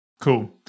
Cool